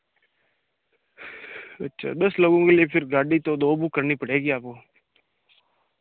अच्छा दस लोगों के लिए फिर गाड़ी तो दो बुक करनी पड़ेगी आपको